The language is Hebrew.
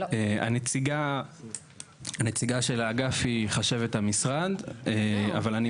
הנציגה של האגף היא חשבת המשרד, אבל אני